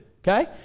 okay